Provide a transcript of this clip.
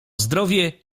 zdrowie